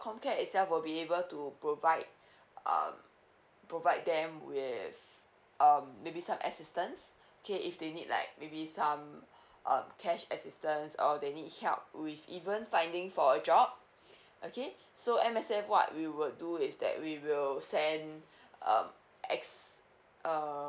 comcare itself will be able to provide um provide them with um maybe some assistance okay if they need like maybe some um cash assistance or they need help with even finding for a job okay so M_S_F what we will do is that we will send um ex~ uh